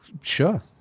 sure